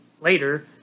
later